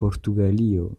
portugalio